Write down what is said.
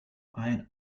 ein